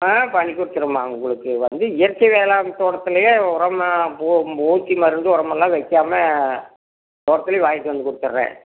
ஆ பண்ணி கொடுத்துறேன்ம்மா உங்களுக்கு வந்து இயற்கை வேளாண் தோட்டத்துலையே உரம் பூ பூச்சி மருந்து உரமெல்லாம் வைக்காமா தோட்டத்துலையே வாங்கிட்டு வந்து கொடுத்துடுறேன்